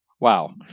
wow